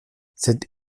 sed